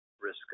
risk